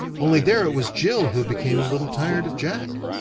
only there it was jill who became a little tired of jack.